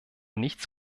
nichts